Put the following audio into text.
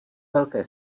velké